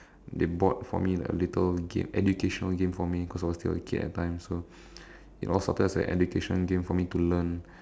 they bought for me like a little game a educational game because I was still a kid at that time so it all started as an education game for me to learn